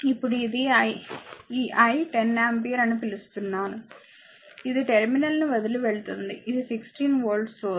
ఇప్పుడు ఇది ఈ I 10 ఆంపియర్ అని పిలుస్తాను ఇది టెర్మినల్ను వదిలి వెళ్తుంది ఇది 16 వోల్ట్ సోర్స్